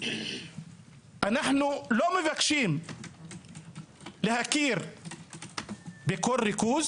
אנחנו לא מבקשים להכיר בכל ריכוז.